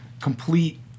complete